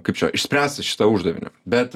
kaip čia išspręsti šitą uždavinį bet